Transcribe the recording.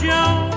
Joe